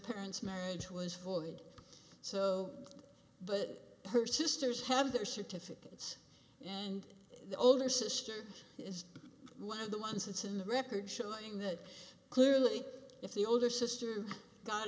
parents marriage was for good so but her sisters have their certificates and the older sister is one of the ones it's in the records showing that clearly if the older sister got